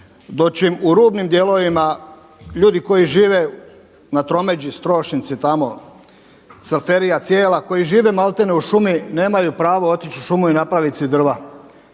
dočim u rubnim dijelovima ljudi koji žive na tromeđi Strošinci tamo Cvelferija cijela koji žive maltene u šumi nemaju pravo otići u šumu i napravit si drva.